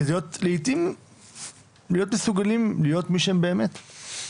כדי להיות לעתים מסוגלים להיות מי שהם באמת.